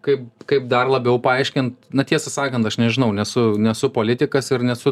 kaip kaip dar labiau paaiškint na tiesą sakan aš nežinau nesu nesu politikas ir nesu